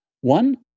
One